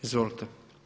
Izvolite.